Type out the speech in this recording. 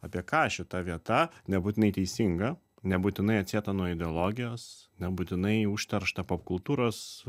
apie ką šita vieta nebūtinai teisinga nebūtinai atsieta nuo ideologijos nebūtinai užteršta popkultūros